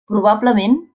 probablement